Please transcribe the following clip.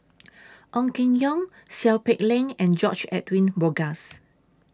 Ong Keng Yong Seow Peck Leng and George Edwin Bogaars